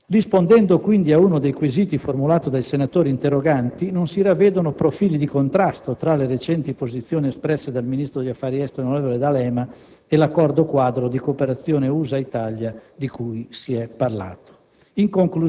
Rispondendo, quindi, a uno dei quesiti formulati dai senatori interpellanti, non si ravvedono profili di contrasto tra le recenti posizioni espresse dal ministro degli affari esteri, onorevole D'Alema, e l'accordo quadro di cooperazione USA-Italia di cui si è parlato.